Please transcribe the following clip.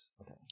okay